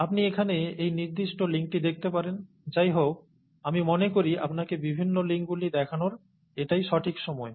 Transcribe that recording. আপনি এখানে এই নির্দিষ্ট লিঙ্কটি দেখতে পারেন যাইহোক আমি মনে করি আপনাকে বিভিন্ন লিঙ্কগুলি দেখানোর এটাই সঠিক সময়